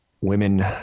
women